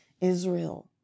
Israel